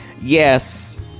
Yes